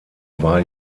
war